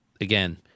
again